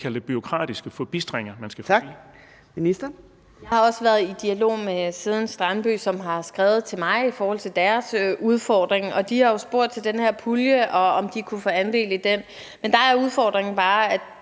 (Lea Wermelin): Jeg har også været i dialog med Seden Strandby, som har skrevet til mig om deres udfordringer, og de har spurgt til den her pulje, og om de kunne få del i den. Men der er udfordringen bare,